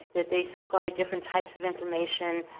that they supply different types of information.